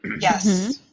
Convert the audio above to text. Yes